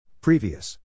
Previous